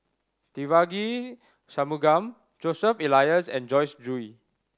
Devagi Sanmugam Joseph Elias and Joyce Jue